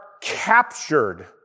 captured